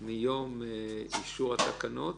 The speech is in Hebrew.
מיום אישור התקנות,